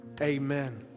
amen